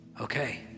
Okay